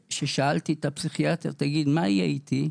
שאלתי את הפסיכיאטר: תגיד, מה יהיה איתי?